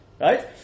Right